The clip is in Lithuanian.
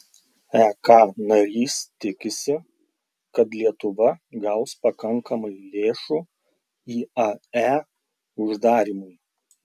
ek narys tikisi kad lietuva gaus pakankamai lėšų iae uždarymui